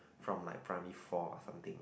from like primary four or something